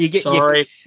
Sorry